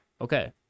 Okay